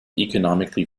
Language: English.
economically